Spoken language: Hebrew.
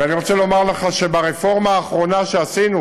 ואני רוצה לומר לך שברפורמה האחרונה שעשינו,